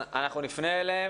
אנחנו נפנה אליהם.